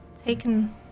Taken